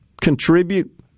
contribute